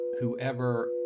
whoever